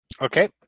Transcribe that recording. Okay